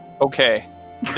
Okay